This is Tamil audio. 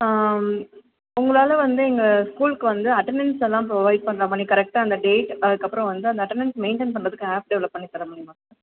உங்களால் வந்து எங்கள் ஸ்கூலுக்கு வந்து அட்டனன்ஸ் எல்லாம் ப்ரொவைட் பண்ணுற மாதிரி கரெக்டாக அந்த டேட் அதுக்கு அப்புறோம் வந்து அந்த அட்டனன்ஸ் மெயின்டெயின் பண்ணுறதுக்கு ஆப் டெவெலப் பண்ணி தர முடியுமா சார்